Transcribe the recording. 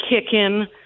kicking